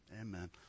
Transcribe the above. amen